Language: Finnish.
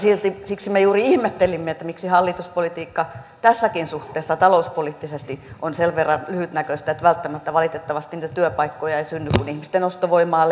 siksi me juuri ihmettelimme miksi hallituspolitiikka tässäkin suhteessa talouspoliittisesti on sen verran lyhytnäköistä että välttämättä valitettavasti niitä työpaikkoja ei synny kun ihmisten ostovoimaa